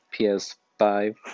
PS5